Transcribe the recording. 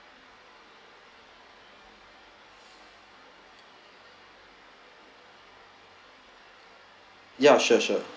ya sure sure